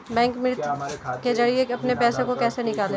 Bank मित्र के जरिए अपने पैसे को कैसे निकालें?